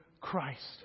Christ